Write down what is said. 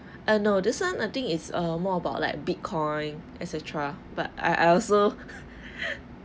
I know this one I think it's err more about like bitcoin et cetera but I I also